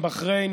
עם בחריין,